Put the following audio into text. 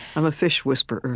i'm a fish whisperer.